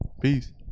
Peace